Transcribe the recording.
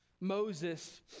Moses